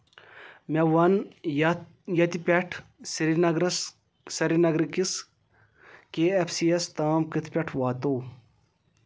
مےٚ ووٚن یَتھ ییٚتہِ پٮ۪ٹھ سرینگرَس سرینگرٕ کِس کے ایف سی یس تام کِتھ پٲٹھۍ واتَو